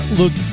look